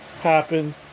happen